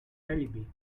alibi